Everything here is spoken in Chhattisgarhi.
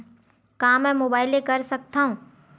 का मै मोबाइल ले कर सकत हव?